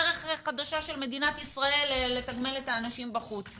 דרך חדשה של מדינת ישראל לתגמל את האנשים בחוץ.